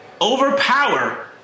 overpower